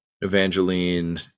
Evangeline